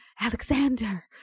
Alexander